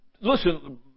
listen